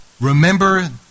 remember